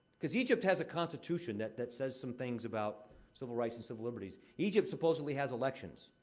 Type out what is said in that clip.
cause egypt has a constitution that that says some things about civil rights and civil liberties. egypt supposedly has elections.